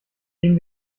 dem